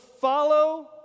follow